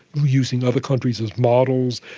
using other countries as models,